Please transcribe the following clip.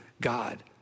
God